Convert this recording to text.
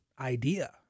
idea